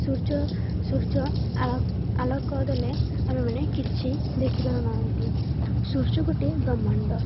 ସୂର୍ଯ୍ୟ ସୂର୍ଯ୍ୟ ଆଲୋକ ଦେଲେ ଆମେ ମାନେ କିଛି ଦେଖିପାରୁନାହାନ୍ତି ସୂର୍ଯ୍ୟ ଗୋଟେ ବ୍ରହ୍ମାଣ୍ଡ